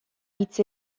hitz